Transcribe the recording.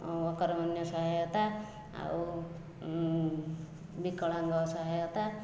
ଓ ଅକର୍ମଣ୍ୟ ସହାୟତା ଆଉ ବିକଳାଙ୍ଗ ସହାୟତା